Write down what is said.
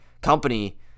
Company